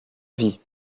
vie